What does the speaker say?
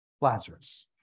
Lazarus